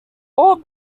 all